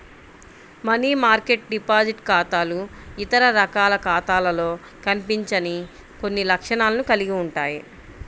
money market deposit ఖాతాలు ఇతర రకాల ఖాతాలలో కనిపించని కొన్ని లక్షణాలను కలిగి ఉంటాయి